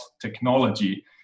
technology